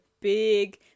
big